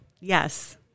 Yes